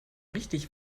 richtig